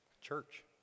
Church